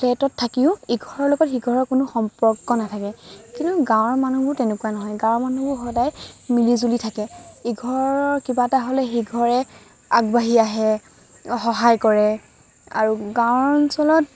ফ্লেটত থাকিও ইঘৰৰ লগত সিঘৰৰ কোনো সম্পৰ্ক নাথাকে কিন্তু গাঁৱৰ মানুহবোৰ তেনেকুৱা নহয় গাঁৱৰ মানুহবোৰ সদায় মিলি জুলি থাকে ইঘৰৰ কিবা এটা হ'লে সিঘৰে আগবাঢ়ি আহে সহায় কৰে আৰু গাঁও অঞ্চলত